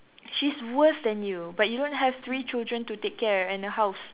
she's worse than you but you don't have three children to take care and a house